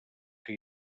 que